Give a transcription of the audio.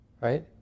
right